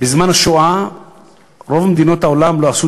בזמן השואה רוב מדינות העולם לא עשו